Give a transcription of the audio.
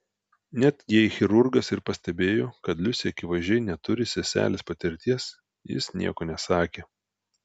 net jei chirurgas ir pastebėjo kad liusė akivaizdžiai neturi seselės patirties jis nieko nesakė